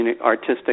artistic